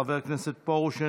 חבר הכנסת פרוש,